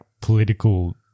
political